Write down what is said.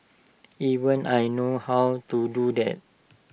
even I know how to do that